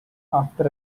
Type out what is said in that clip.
after